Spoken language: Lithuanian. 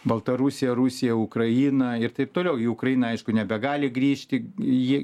baltarusija rusija ukraina ir taip toliau ukrainą aišku nebegali grįžti jie